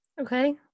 Okay